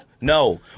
No